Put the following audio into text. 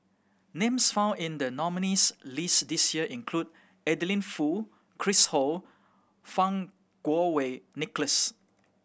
names found in the nominees' list this year include Adeline Foo Chris Ho Fang Kuo Wei Nicholas